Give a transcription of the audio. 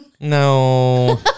No